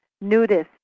nudist